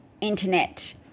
internet